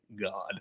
God